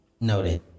Noted